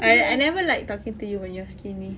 I I never like talking to you when you're skinny